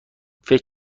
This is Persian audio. فکر